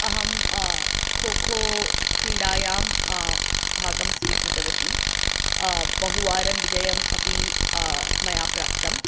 अहं खोखो क्रीडायां भागं स्वीकृतवती बहुवारं विजयम् अपि मया प्राप्तम्